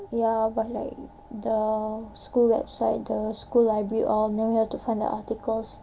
ya but like the school website the school library all then we have to find the articles